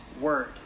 word